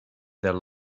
their